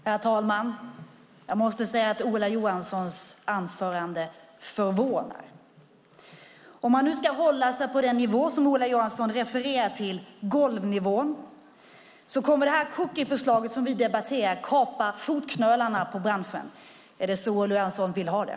Herr talman! Jag måste säga att Ola Johanssons anförande förvånar. Om man nu ska hålla sig på den nivå som Ola Johansson refererar till, golvnivån, kommer det cookieförslag som vi debatterar att kapa branschen jäms med fotknölarna. Är det så Ola Johansson vill ha det?